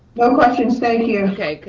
no questions, thank you. okay,